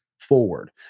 forward